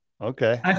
okay